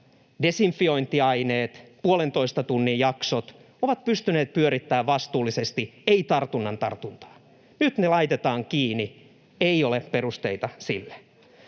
desinfiointiaineet, puolentoista tunnin jaksot, ja he ovat pystyneet pyörittämään vastuullisesti — ei tartunnan tartuntaa. Nyt ne laitetaan kiinni. Ei ole perusteita sille.